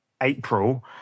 April